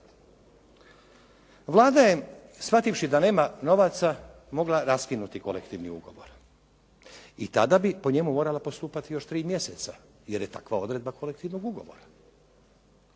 Vlada je shvativši da nema novaca mogla raskinuti kolektivni ugovor i tada bi po njemu morala postupati još 3 mjeseca jer je takva odredba kolektivnog ugovora.